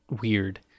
weird